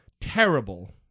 terrible